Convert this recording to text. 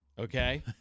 okay